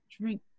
drink